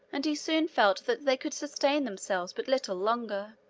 and he soon felt that they could sustain themselves but little longer.